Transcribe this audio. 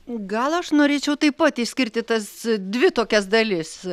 gal aš norėčiau taip pat išskirti tas dvi tokias dalis